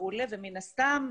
מן הסתם,